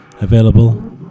available